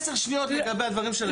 עשר שניות לגבי הדברים שנאמרו וזהו.